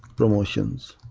promotions,